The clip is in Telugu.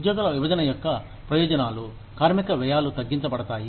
ఉద్యోగుల విభజన యొక్క ప్రయోజనాలు కార్మిక వ్యయాలు తగ్గించ బడతాయి